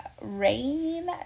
rain